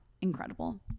incredible